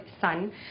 son